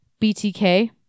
BTK